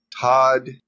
Todd